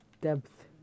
Depth